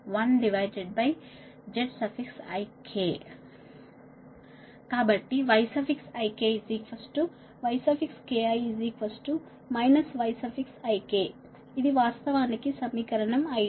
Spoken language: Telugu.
కాబట్టి YikYki yik ఇది వాస్తవానికి సమీకరణం 5